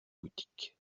boutiques